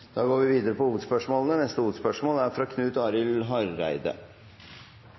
Da går vi videre til neste hovedspørsmål.